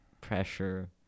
pressure